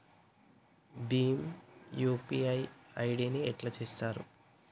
Bhim UPI ID ని ఎట్లా చేత్తరు?